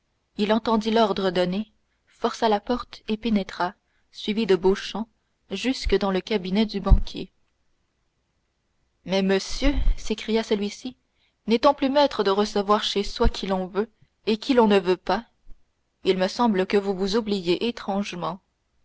il entendit l'ordre donné força la porte et pénétra suivi de beauchamp jusque dans le cabinet du banquier mais monsieur s'écria celui-ci n'est-on plus maître de recevoir chez soi qui l'on veut ou qui l'on ne veut pas il me semble que vous vous oubliez étrangement